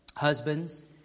Husbands